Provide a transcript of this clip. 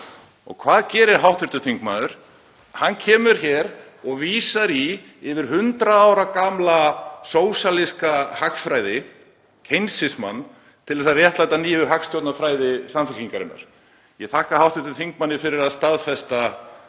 Og hvað gerir hv. þingmaður? Hann kemur hér og vísar í yfir 100 ára gamla sósíalíska hagfræði, keynesismann, til að réttlæta nýju hagstjórnarfræði Samfylkingarinnar. Ég þakka hv. þingmanni fyrir að staðfesta orð